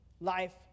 life